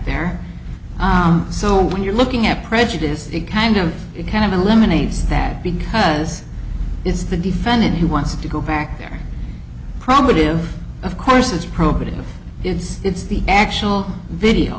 there so when you're looking at prejudice it kind of it kind of eliminates that because it's the defendant who wants to go back there probably do of course it's probative it's it's the actual video